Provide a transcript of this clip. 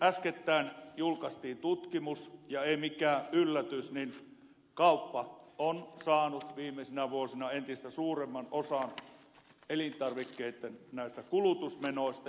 äskettäin julkaistiin tutkimus eikä ollut mikään yllätys että kauppa on saanut viimeisinä vuosina entistä suuremman osan elintarvikkeiden kulutus menoista